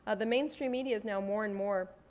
ah the mainstream media is now more and more